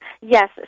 Yes